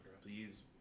Please